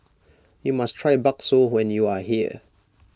you must try Bakso when you are here